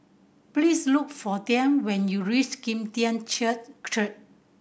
please look for Tiney when you reach Kim Tian